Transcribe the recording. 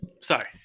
Sorry